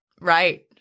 Right